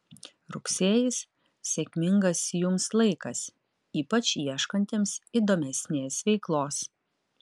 rugsėjis sėkmingas jums laikas ypač ieškantiems įdomesnės veiklos